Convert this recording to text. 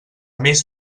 més